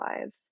lives